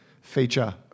feature